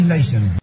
Nation